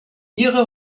ihre